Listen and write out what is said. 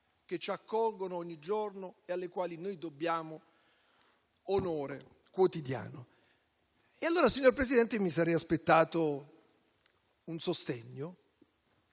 che ci accolgono ogni giorno e alle quali dobbiamo onore quotidiano. Signor Presidente, mi sarei aspettato un sostegno